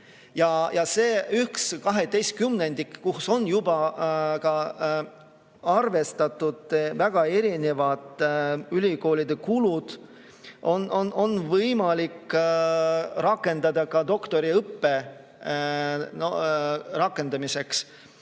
Ja see 1/12, kuhu on juba arvestatud väga erinevad ülikoolide kulud, on võimalik rakendada ka doktoriõppe rakendamiseks.